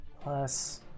plus